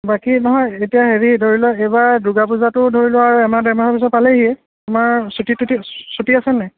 বাকী নহয় এতিয়া হেৰি ধৰি লোৱা এইবাৰ দুৰ্গা পূজাটো ধৰি লোৱা আৰু এমাহ ডেৰমাহৰ পিছত পালেহিয়েই তোমাৰ ছুটী টুটী ছুটী আছে নে নাই